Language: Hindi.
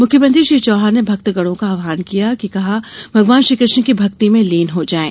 मुख्यमंत्री श्री चौहान ने भक्तगणों का आव्हान किया कि भगवान श्रीकृष्ण की भक्ति में लीन हो जायें